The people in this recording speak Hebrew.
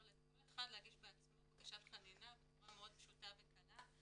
לכל אחד להגיש בעצמו בקשת חנינה בצורה פשוטה וקלה.